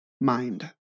mind